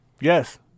Yes